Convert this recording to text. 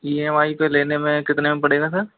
E M I पे लेने में कितने में पड़ेगा सर